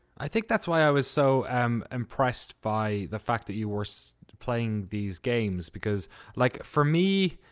i think that's why i was so um impressed by the fact that you were so playing these games because like for me,